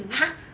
!huh!